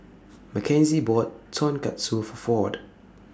Makenzie bought Tonkatsu For Ford